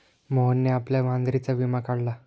मोहनने आपल्या मांजरीचा विमा काढला